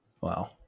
Wow